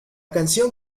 canción